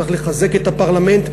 צריך לחזק את הפרלמנט,